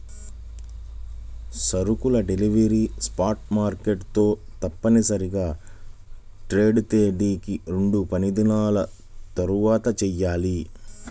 సరుకుల delivery spot market తో తప్పనిసరిగా ట్రేడ్ తేదీకి రెండుపనిదినాల తర్వాతచెయ్యాలి